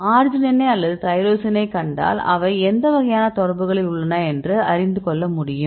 அர்ஜினைனைக் அல்லது தைரோசினைக் கண்டால் அவை எந்த வகையான தொடர்புகளில் உள்ளன என்று அறிந்து கொள்ள முடியும்